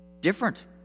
different